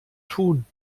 tun